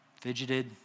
fidgeted